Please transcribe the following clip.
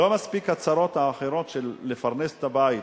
לא מספיק הצרות האחרות, של לפרנס את הבית,